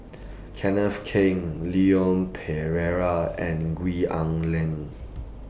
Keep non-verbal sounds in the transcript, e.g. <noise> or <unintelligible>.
Kenneth Keng Leon Perera and Gwee <unintelligible> Leng